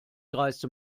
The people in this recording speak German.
dreiste